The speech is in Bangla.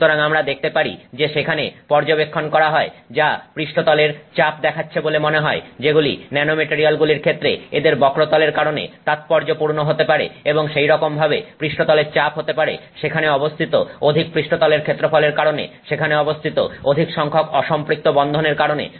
সুতরাং আমরা দেখতে পারি যে সেখানে পর্যবেক্ষণ করা হয় যা পৃষ্ঠতলের চাপ দেখাচ্ছে বলে মনে হয় যেগুলি ন্যানোমেটারিয়ালগুলির ক্ষেত্রে এদের বক্রতলের কারণে তাৎপর্যপূর্ণ হতে পারে এবং সেইরকমভাবে পৃষ্ঠতলের চাপ হতে পারে সেখানে অবস্থিত অধিক পৃষ্ঠতলের ক্ষেত্রফলের কারণে সেখানে অবস্থিত অধিক সংখ্যক অসম্পৃক্ত বন্ধনের কারণে